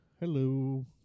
Hello